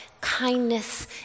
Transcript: kindness